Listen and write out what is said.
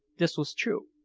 this was true,